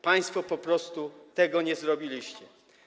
Państwo po prostu tego nie zrobiliście.